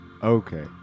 Okay